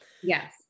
Yes